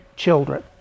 children